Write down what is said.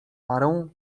parą